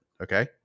Okay